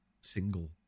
single